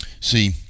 See